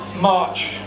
march